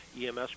EMS